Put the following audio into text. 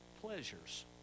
pleasures